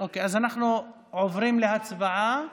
אז אנחנו עוברים להצבעה.